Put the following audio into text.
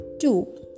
two